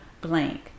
blank